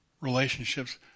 relationships